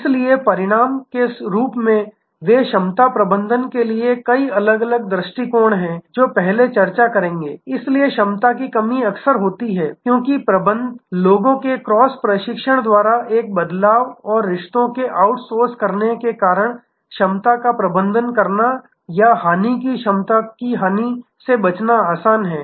इसलिए परिणाम के रूप में वे क्षमता प्रबंधन के लिए कई अलग अलग दृष्टिकोण हैं जो पहले चर्चा करेंगे इसलिए क्षमता की कमी अक्सर होती है प्रबंधन क्योंकि लोगों के क्रॉस प्रशिक्षण द्वारा एक बदलाव और रिश्तों को आउटसोर्स करने के कारण क्षमता का प्रबंधन करना या हानि या क्षमता की हानि से बचना आसान है